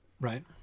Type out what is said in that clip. right